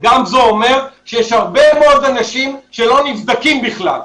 גמזו אומר, שיש הרבה מאוד אנשים שלא נבדקים בכלל.